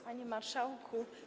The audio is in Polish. Panie Marszałku!